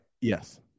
Yes